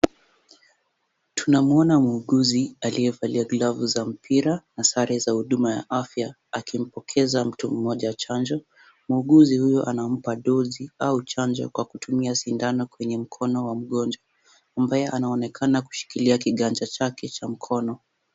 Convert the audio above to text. Tunamwona muuguzi aliyevalia glavu za mpira na sare za huduma ya afya akimpimpokeza mtu moja chanjo, muuguzi huyo amempa chanjo au dozi kwenye mkono wa mgonjwa, ambaye anaonekana kushikilia kiganja chake cha mkono.